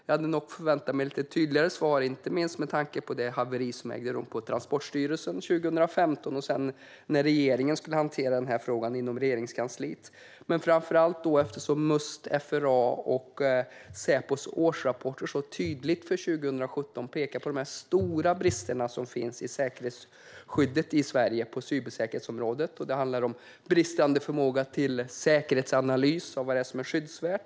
Jag hade nog förväntat mig lite tydligare svar, inte minst med tanke på det haveri som ägde rum på Transportstyrelsen 2015 och sedan när regeringen skulle hantera denna fråga inom Regeringskansliet, men framför allt eftersom årsrapporterna från Must, FRA och Säpo från 2017 så tydligt pekar på de stora brister som finns i cybersäkerhetsskyddet i Sverige. Det handlar om bristande förmåga till säkerhetsanalys av vad som är skyddsvärt.